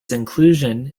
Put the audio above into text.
inclusion